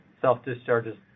self-discharges